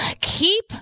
keep